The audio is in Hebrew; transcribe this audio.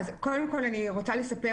אני רוצה לספר